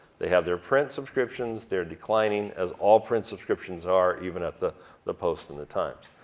they have their print subscriptions, they're declining as all print subscriptions are even at the the post and the times.